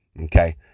okay